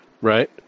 Right